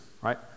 right